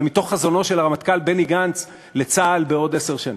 אבל מתוך חזונו של הרמטכ"ל בני גנץ לצה"ל בעוד עשר שנים.